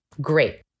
great